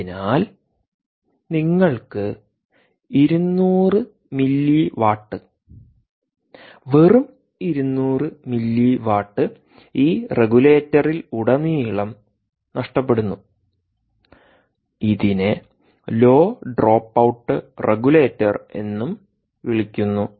അതിനാൽ നിങ്ങൾക്ക് 200 milliwatt വെറും 200 മില്ലി വാട്ട് ഈ റെഗുലേറ്ററിലുടനീളം നഷ്ടപ്പെടുന്നു ഇതിനെ ലോ ഡ്രോപ്പ് ഔട്ട് റെഗുലേറ്റർ എന്നും വിളിക്കുന്നു